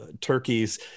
turkeys